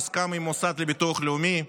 מוסכם עם המוסד לביטוח לאומי,